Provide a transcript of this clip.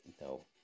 no